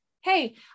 hey